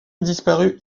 disparut